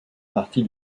partie